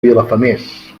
vilafamés